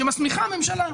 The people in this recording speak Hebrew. שמסמיכה ממשלה.